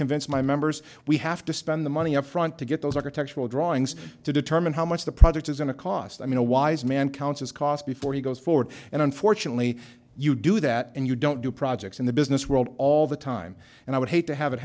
convince my members we have to spend the money upfront to get those architectural drawings to determine how much the project is going to cost i mean a wise man counts as cost before he goes forward and unfortunately you do that and you don't do projects in the business world all the time and i would hate to have it